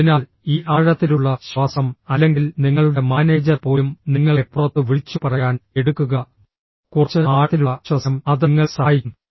അതിനാൽ ഈ ആഴത്തിലുള്ള ശ്വാസം അല്ലെങ്കിൽ നിങ്ങളുടെ മാനേജർ പോലും നിങ്ങളെ പുറത്ത് വിളിച്ചുപറയാൻ എടുക്കുക കുറച്ച് ആഴത്തിലുള്ള ശ്വസനം അത് നിങ്ങളെ സഹായിക്കും